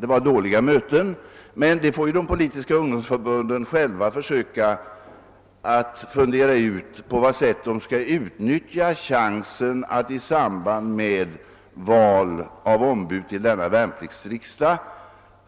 Det var dåliga möten, men de politiska ungdomsförbunden får själva försöka fundera ut på vad sätt de skall kunna utnyttja chansen att i samband med val av ombud till värnpliktsriksdagen